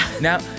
now